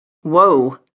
Whoa